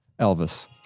Elvis